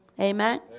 Amen